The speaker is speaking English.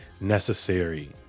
necessary